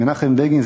מנחם בגין,